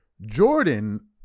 Jordan